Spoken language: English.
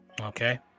Okay